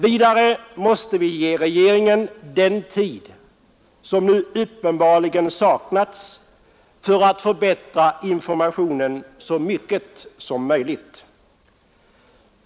Vidare måste vi ge regeringen den tid som nu uppenbarligen har saknats för att förbättra informationen så mycket som möjligt.